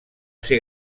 ser